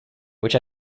which